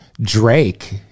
Drake